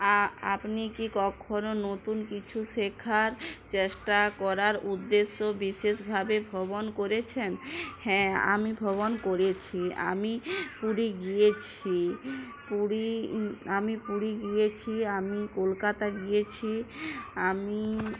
আপনি কি কখনো নতুন কিছু শেখার চেষ্টা করার উদ্দেশ্য বিশেষভাবে ভ্রমণ করেছেন হ্যাঁ আমি ভমণ করেছি আমি পুরী গিয়েছি পুরী আমি পুরী গিয়েছি আমি কলকাতা গিয়েছি আমি